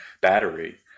battery